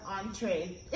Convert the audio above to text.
entree